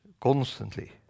constantly